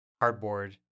cardboard